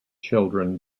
children